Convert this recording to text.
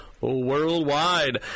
Worldwide